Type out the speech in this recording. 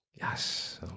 Yes